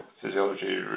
Physiology